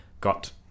got